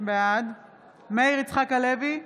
בעד מאיר יצחק הלוי,